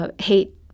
hate